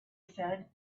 said